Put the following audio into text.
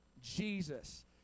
Jesus